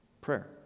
Prayer